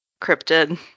cryptid